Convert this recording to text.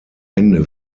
ende